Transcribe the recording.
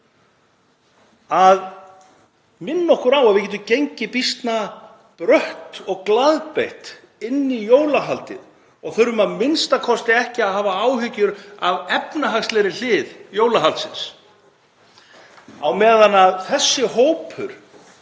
að minna okkur á að við getum gengið býsna brött og glaðbeitt inn í jólahaldið og þurfum a.m.k. ekki að hafa áhyggjur af efnahagslegri hlið jólahaldsins á meðan þessi hópur